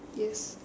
yes